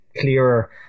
clearer